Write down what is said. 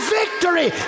victory